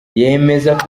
yemeza